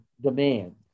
demand